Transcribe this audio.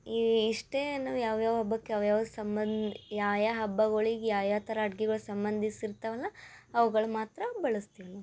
ಈ ಇಷ್ಟೇ ಏನು ಯಾವ್ಯಾವ ಹಬ್ಬಕ್ಕೆ ಯಾವ್ಯಾವ ಸಂಬಂಧ ಯಾವ ಯಾವ ಹಬ್ಬಗಳಿಗ್ ಯಾವ ಯಾವ ಥರ ಅಡ್ಗಿಗಳು ಸಂಬಂಧಿಸಿರ್ತವಲ್ಲ ಅವುಗಳು ಮಾತ್ರ ಬಳಸ್ತೀವಿ